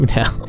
now